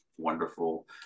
wonderful